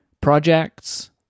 projects